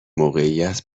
موقعیت